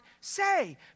say